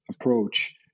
approach